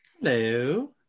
Hello